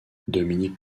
dominic